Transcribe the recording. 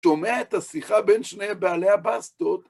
שומע את השיחה בין שני בעלי הבסטות.